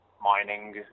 mining